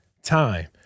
Time